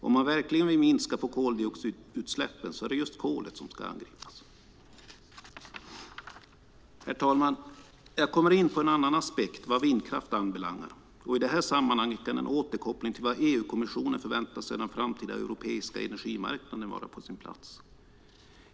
Om man verkligen vill minska på koldioxidutsläppen är det just kolet som ska angripas. Herr talman! Jag kommer in på en annan aspekt vad vindkraft anbelangar, och i det sammanhanget kan en återkoppling till vad EU-kommissionen förväntar sig av den framtida europeiska energimarknaden vara på sin plats.